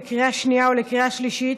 לקריאה שנייה ולקריאה שלישית,